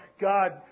God